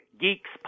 Geeks